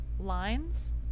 lines